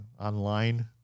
online